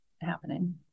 happening